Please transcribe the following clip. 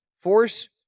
force